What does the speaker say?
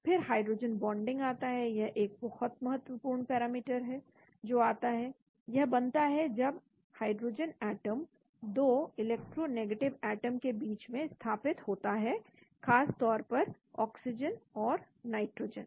फिर hydrogen bonding आता है यह एक बहुत महत्वपूर्ण पैरामीटर है जो आता है यह बनता है जब hydrogen atom 2 electronegative atom के बीच में स्थापित होता है खास तौर पर ऑक्सीजन और नाइट्रोजन